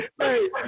Hey